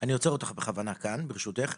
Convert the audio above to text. אני עוצר אותך בכוונה כאן, ברשותך.